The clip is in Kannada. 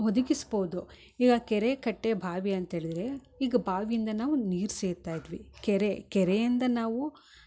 ಒದಗಿಸ್ಬೋದು ಈಗ ಕೆರೆ ಕಟ್ಟೆ ಬಾವಿ ಅಂತೇಳಿದರೆ ಈಗ ಬಾವಿ ಇಂದ ನಾವು ನೀರು ಸೇದ್ತಾ ಇದ್ವಿ ಕೆರೆ ಕೆರೆ ಇಂದ ನಾವು